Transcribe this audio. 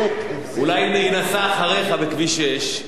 אולי היא נסעה אחריך בכביש 6,